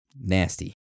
Nasty